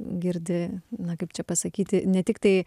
girdi na kaip čia pasakyti ne tiktai